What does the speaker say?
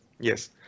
Yes